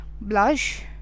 Blush